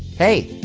hey,